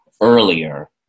earlier